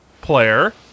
player